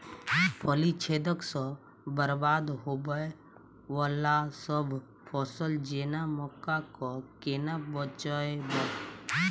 फली छेदक सँ बरबाद होबय वलासभ फसल जेना मक्का कऽ केना बचयब?